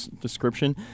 description